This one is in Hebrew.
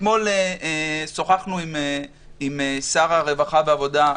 אתמול שוחחנו עם שר העבודה והרווחה,